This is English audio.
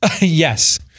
Yes